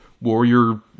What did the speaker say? warrior